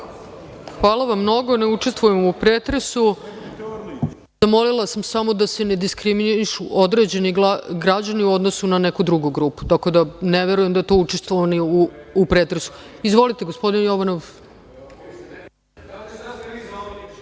Hvala vam mnogo. Ne učestvujem u pretresu. Zamolila sam samo da se ne diskriminišu određeni građani u odnosu na neku drugu grupu. Tako da ne verujem da je to učestvovanje u pretresu. Izvolite gospodine